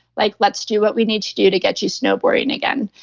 like let's do what we need to do to get you snowboarding again.